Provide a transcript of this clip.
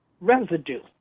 residue